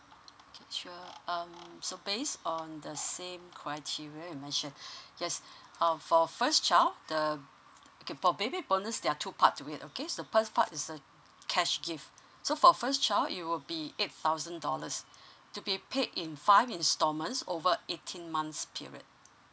okay sure um so based on the same criteria you mentioned yes um for first child the okay for baby bonus there are two part to it okay so first part is uh cash gift so for first child it will be eight thousand dollars to be paid in five installments over eighteen months period